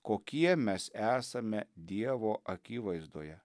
kokie mes esame dievo akivaizdoje